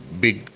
big